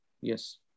Yes